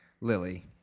Lily